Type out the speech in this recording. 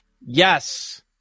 Yes